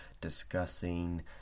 discussing